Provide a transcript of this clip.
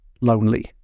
lonely